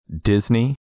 Disney